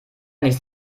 nicht